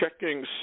checking